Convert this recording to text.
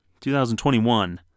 2021